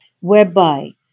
whereby